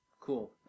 cool